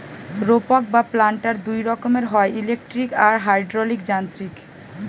রোপক বা প্ল্যান্টার দুই রকমের হয়, ইলেকট্রিক আর হাইড্রলিক যান্ত্রিক